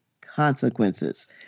consequences